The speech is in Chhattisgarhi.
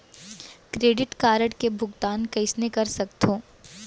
क्रेडिट कारड के भुगतान कईसने कर सकथो?